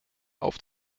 auf